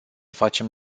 facem